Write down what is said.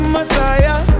Messiah